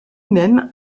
même